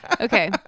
Okay